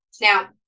Now